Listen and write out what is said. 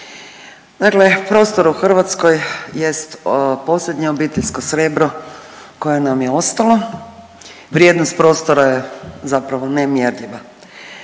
Dakle prostor u Hrvatskoj jest posljednje obiteljsko srebro koje nam je ostalo, vrijednost prostora je zapravo nemjerljiva,